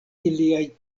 iliaj